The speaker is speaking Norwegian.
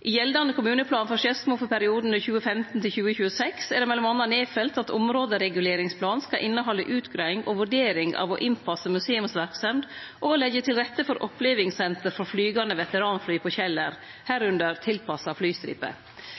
I gjeldande kommuneplan for Skedsmo for perioden 2015–2026 er det m.a. nedfelt at områdereguleringsplan skal innehalde utgreiing og vurdering av å innpasse museumsverksemd og å leggje til rette for opplevingssenter for flygande veteranfly på Kjeller, medrekna tilpassa flystripe.